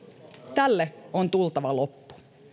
tälle on tultava loppu